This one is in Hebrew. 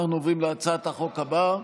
אנחנו עוברים להצעת החוק הבאה,